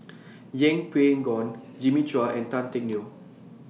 Yeng Pway Ngon Jimmy Chua and Tan Teck Neo